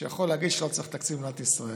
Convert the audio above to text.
שיכול להגיד שלא צריך תקציב במדינת ישראל.